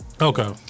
Okay